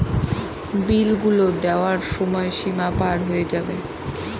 বিল গুলো দেওয়ার সময় সীমা পার হয়ে যাবে